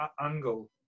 angle